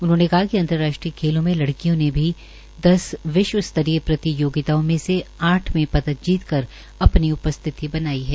उन्होंने कहा कि अंतर्राष्ट्रीय खेलों में लड़कियों ने दस विश्व स्तरीय प्रतियोगिताओं में से आठ में पदक जीत कर अपनी उपस्थिति बनाई है